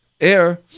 air